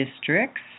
districts